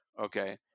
okay